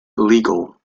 illegal